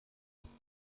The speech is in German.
ist